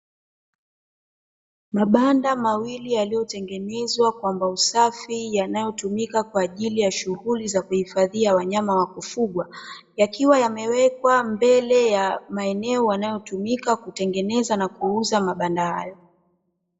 Mabanda mawili yaliyotengenezwa kwa mbao safi, yanayotumika kwa ajili ya shughuli za kuhifadhia wanyama wa kufugwa, yakiwa yamewekwa mbele ya maeneo yanayotumika kutengeneza na kuuza mabanda hayo.